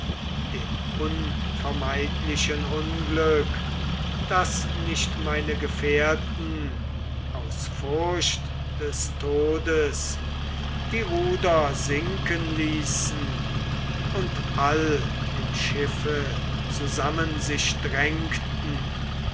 dem unvermeidlichen unglück daß nicht meine gefährten aus furcht des todes die ruder sinken ließen und all im schiffe zusammen sich drängten